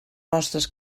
mostres